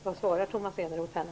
Vad svarar Thomas Eneroth henne?